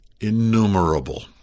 innumerable